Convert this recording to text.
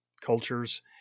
cultures